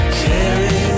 carry